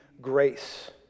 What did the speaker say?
grace